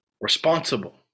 responsible